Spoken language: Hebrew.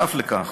ונוסף על כך,